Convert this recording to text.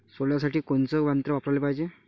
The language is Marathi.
सोल्यासाठी कोनचं यंत्र वापराले पायजे?